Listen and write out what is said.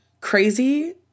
crazy